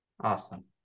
Awesome